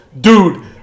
dude